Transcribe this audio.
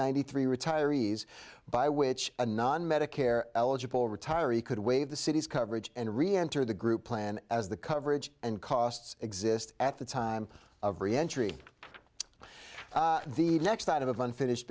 ninety three retirees by which a non medicare eligible retiree could waive the city's coverage and reenter the group plan as the coverage and costs exist at the time of re entry the next thought of unfinished